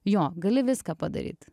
jo gali viską padaryt